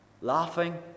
laughing